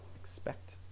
expect